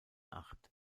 acht